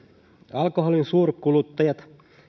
alkoholin suurkuluttajat